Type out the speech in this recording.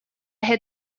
had